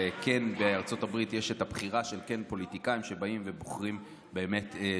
ושכן בארצות הברית יש את הבחירה של פוליטיקאים שבאים ובוחרים שופטים.